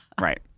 Right